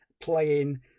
playing